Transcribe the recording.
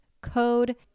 code